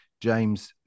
James